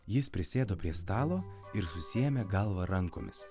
jis prisėdo prie stalo ir susiėmė galvą rankomis